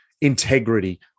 integrity